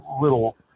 little